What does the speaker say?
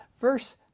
verse